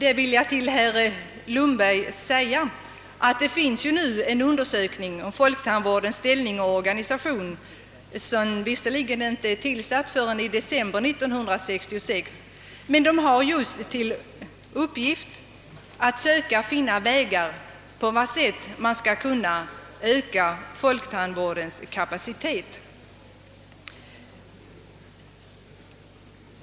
Jag vill framhålla för herr Lundberg att det tillsatts en utredning om folktandvårdens ställning och organisation, som visserligen påbörjades först i december 1966 men som har till uppgift att just söka finna vägar att öka folktandvårdens kapacitet.